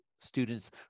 students